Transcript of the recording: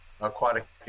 aquatic